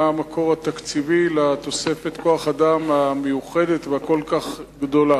מה המקור התקציבי לתוספת כוח האדם המיוחדת והגדולה